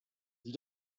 you